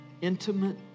intimate